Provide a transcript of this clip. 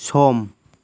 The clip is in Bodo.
सम